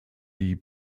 die